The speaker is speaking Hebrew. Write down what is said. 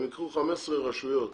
הם ייקחו 15 רשויות